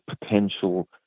potential